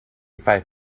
five